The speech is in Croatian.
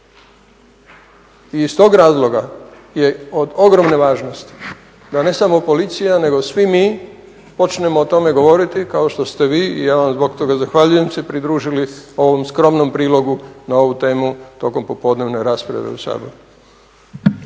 I iz tog razloga je od ogromne važnosti da ne samo policija nego svi mi počnemo o tome govoriti kao što ste vi, i ja vam zbog toga zahvaljujem, se pridružili ovom skromnom prilogu na ovu temu tokom popodnevne rasprave u Saboru.